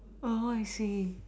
oh I see